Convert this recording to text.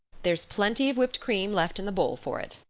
there's plenty of whipped cream left in the bowl for it.